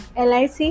LIC